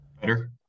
Better